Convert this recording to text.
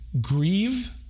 grieve